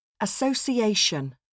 Association